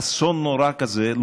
אסון נורא כזה,